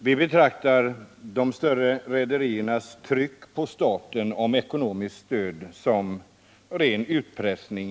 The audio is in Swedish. Vi betraktar de större rederiernas tryck på staten, för att få ekonomiskt stöd, som i många fall en ren utpressning.